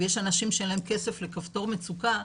ויש אנשים שאין להם כסף לכפתור מצוקה,